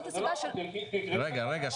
אבל זה לא --- אילן,